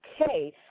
okay